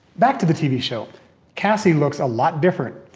back to the tv show cassie looks a lot different.